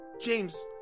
James